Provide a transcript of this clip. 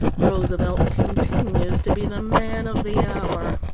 roosevelt continues to be the man of the hour.